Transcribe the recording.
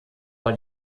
war